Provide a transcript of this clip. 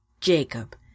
Jacob